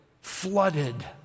flooded